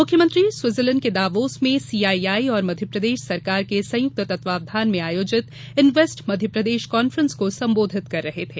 मुख्यमंत्री दावोस में सीआईआई और मध्यप्रदेश सरकार के संयुक्त तत्वाधान में आयोजित इन्वेस्ट मध्यप्रदेश कॉन्फ्रेंस को संबोधित कर रहे थे